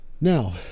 Now